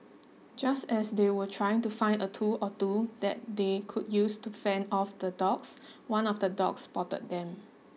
just as they were trying to find a tool or two that they could use to fend off the dogs one of the dogs spotted them